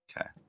Okay